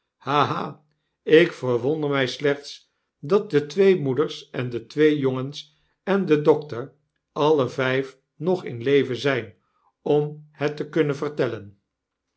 ik verwonder my slechts dat de twee moeders en de twee jongens en de dokter alle vyf nog in leven zyn om het te kunnen vertellen